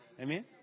Amen